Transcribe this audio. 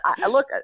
look